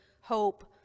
hope